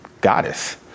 goddess